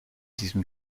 diesem